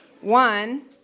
One